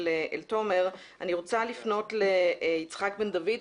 אני רוצה לפנות ליצחק בן דוד,